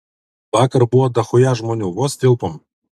vakar buvo dachuja žmonių vos tilpom